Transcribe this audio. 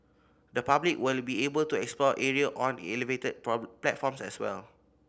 the public will be able to explore area on elevated platforms as well